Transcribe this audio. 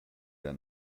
der